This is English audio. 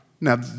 Now